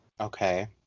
Okay